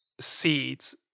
seeds